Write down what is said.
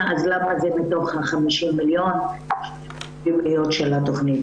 אז למה זה בתוך ה-50 מיליון של התכנית.